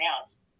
else